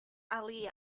ali